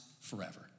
forever